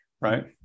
right